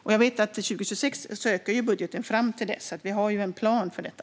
Budgeten ökar fram till 2026, så vi har en plan för detta.